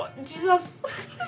Jesus